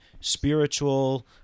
spiritual